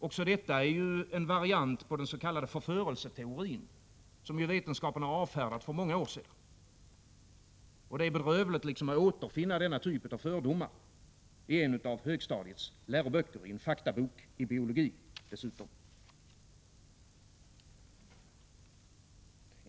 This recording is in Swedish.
Också detta är en variant av den s.k. förförelseteorin, som ju vetenskapen har avfärdat för många år sedan. Det är bedrövligt att man återfinner denna typ av fördomar i en av högstadiets läroböcker, dessutom i en faktabok i biologi.